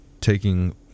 taking